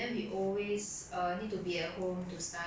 you know using the school electricity I guess